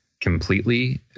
completely